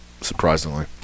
surprisingly